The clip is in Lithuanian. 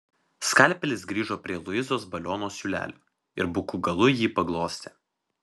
skalpelis grįžo prie luizos baliono siūlelio ir buku galu jį paglostė